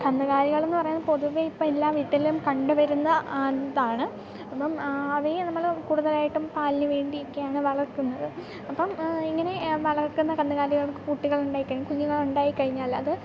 കന്നുകാലികൾ എന്നു പറയുന്നത് പൊതുവെ ഇപ്പോൾ എല്ലാ വീട്ടിലും കണ്ടുവരുന്ന ഇതാണ് അപ്പം അവയെ നമ്മൾ കൂടുതലായിട്ടും പാലിനു വേണ്ടിയൊക്കെയാണ് വളർത്തുന്നത് അപ്പം ഇങ്ങനെ വളർത്തുന്ന കന്നുകാലികൾക്ക് കുട്ടികൾ ഉണ്ടായിക്കഴിഞ്ഞാൽ കുഞ്ഞുങ്ങൾ ഉണ്ടായിക്കഴിഞ്ഞാൽ അത്